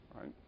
right